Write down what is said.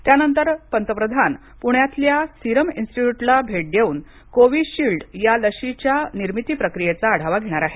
त्यानंतर पंतप्रधान पुण्यातल्या सीरम इन्स्टिट्यूटला भेट देऊन कोविशील्डा या लशीच्या निर्मिती प्रक्रियेचा आढावा घेणार आहेत